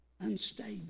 Unstable